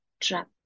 trap